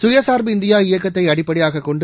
சுயசார்பு இந்தியா இயக்கத்தைஅடிப்படையாககொண்டு